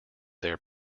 their